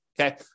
okay